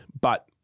but-